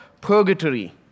purgatory